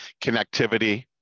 connectivity